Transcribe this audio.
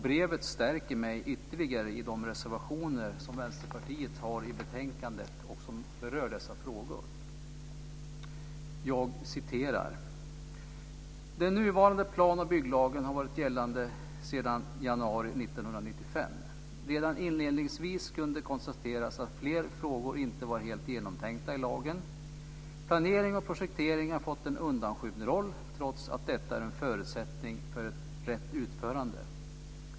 Brevet stärker mig ytterligare i de reservationer som Vänsterpartiet har i betänkandet och som berör dessa frågor. Så här står det: Den nuvarande plan och bygglagen har varit gällande sedan januari 1995. Redan inledningsvis kunde konstateras att fler frågor inte var helt genomtänkta i lagen. Planering och projektering har fått en undanskymd roll, trots att detta är en förutsättning för ett rätt utförande.